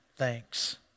thanks